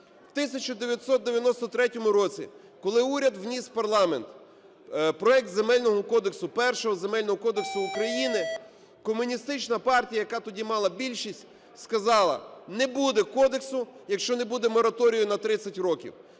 У 1993 році, коли уряд вніс в парламент проект Земельного кодексу, першого Земельного кодексу України, Комуністична партія, яка тоді мала більшість сказала: не буде кодексу, якщо не буде мораторію на 30 років.